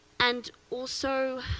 and also